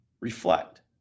reflect